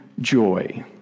joy